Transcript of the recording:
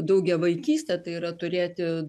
daugiavaikystę tai yra turėti